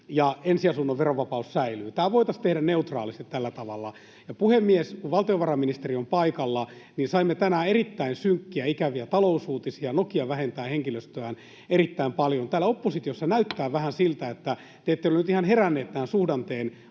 ja ensiasunnon verovapaus säilyy? Tämä voitaisiin tehdä neutraalisti tällä tavalla. Puhemies! Kun valtiovarainministeri on paikalla, niin kysyn: Saimme tänään erittäin synkkiä, ikäviä talousuutisia; Nokia vähentää henkilöstöään erittäin paljon. Täällä oppositiossa näyttää vähän siltä, että te ette ole nyt ihan heränneet tämän suhdanteen